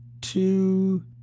two